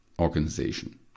organization